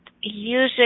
usually